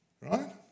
right